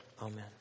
Amen